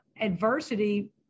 adversity